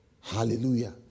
Hallelujah